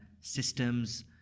systems